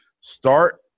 Start